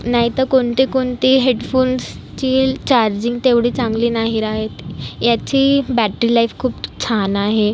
नाही तर कोणते कोणते हेडफोन्सचील चार्जिंग तेवढी चांगली नाही राहत याची बॅटरी लाईफ खूप छान आहे